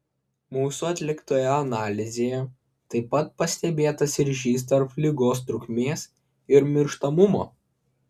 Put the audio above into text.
mūsų atliktoje analizėje taip pat pastebėtas ryšys tarp ligos trukmės ir mirštamumo